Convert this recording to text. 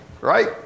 right